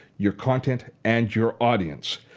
your content and your audience.